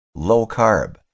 low-carb